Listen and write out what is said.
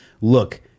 look